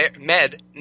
Med